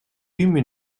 eûmes